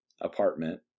apartment